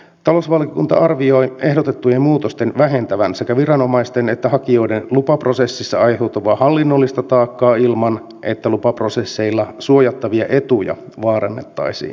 talousvaliokunta arvioi ehdotettujen muutosten vähentävän sekä viranomaisten että hakijoiden lupaprosessissa aiheutuvaa hallinnollista taakkaa ilman että lupaprosesseilla suojattavia etuja vaarannettaisiin